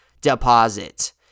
deposit